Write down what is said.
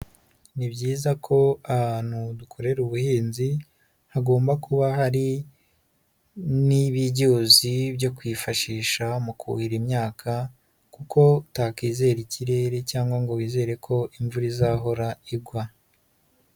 Ni byiza ko ahantu dukorera ubuhinzi, hagomba kuba hari n'ibyuzi byo kwifashisha mu kuhira imyaka kuko utakizera ikirere cyangwa ngo wizere ko imvura izahora igwa.